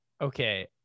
Okay